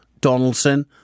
Donaldson